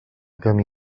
camí